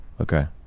Okay